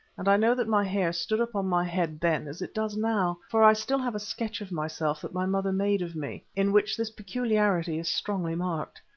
and i know that my hair stood up on my head then as it does now, for i still have a sketch of myself that my mother made of me, in which this peculiarity is strongly marked.